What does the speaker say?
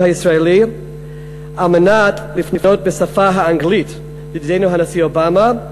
הישראלי על מנת לפנות בשפה האנגלית לידידנו הנשיא אובמה,